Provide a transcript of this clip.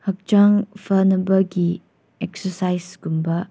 ꯍꯛꯆꯥꯡ ꯐꯅꯕꯒꯤ ꯑꯦꯛꯁꯔꯁꯥꯏꯖꯀꯨꯝꯕ